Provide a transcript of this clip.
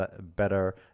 Better